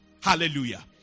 Hallelujah